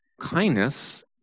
Kindness